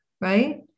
Right